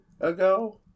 ago